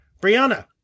Brianna